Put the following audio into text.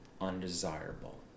undesirable